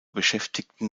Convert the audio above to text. beschäftigten